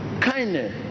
kindness